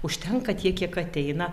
užtenka tiek kiek ateina